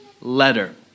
letter